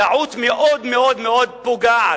טעות מאוד מאוד מאוד פוגעת,